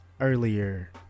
earlier